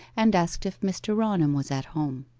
and asked if mr. raunham was at home.